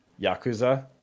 Yakuza